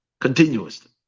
Continuous